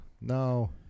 No